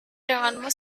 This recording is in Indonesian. denganmu